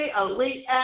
elite